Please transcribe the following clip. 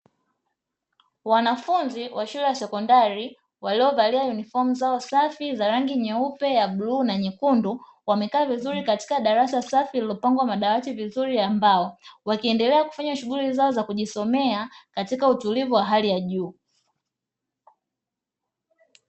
Wanafunzi wa shule ya sekondari waliyovalia unifomu zao safi za rangi nyeupe, ya bluu, na nyekundu wamekaa vizuri katika darasa safi lililopangwa madawati vizuri ya mbao. Wakiendelea kufanya shughuli zao za kujisomea katika utulivu wa hali ya juu.